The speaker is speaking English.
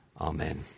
Amen